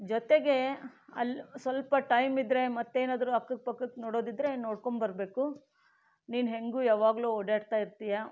ಜೊತೆಗೆ ಅಲ್ಲಿ ಸ್ವಲ್ಪ ಟೈಮ್ ಇದ್ರೆ ಮತ್ತೇನಾದರೂ ಅಕ್ಕಕ್ಕೆ ಪಕ್ಕಕ್ಕೆ ನೋಡೋದಿದ್ರೆ ನೋಡ್ಕೊಂಡು ಬರ್ಬೇಕು ನೀನು ಹೇಗೂ ಯಾವಾಗಲೂ ಓಡಾಡ್ತಾಯಿರ್ತಿಯ